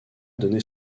donné